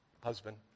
Husband